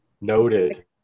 noted